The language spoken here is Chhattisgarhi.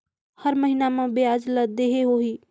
हर महीना मा ब्याज ला देहे होही?